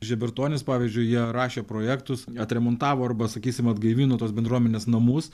žebertonys pavyzdžiui jie rašė projektus atremontavo arba sakysim atgaivino tos bendruomenės namus